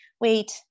wait